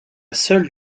seule